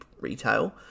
retail